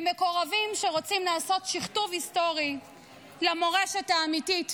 למקורבים שרוצים לעשות שיכתוב היסטורי למורשת האמיתית